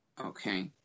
Okay